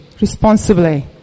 responsibly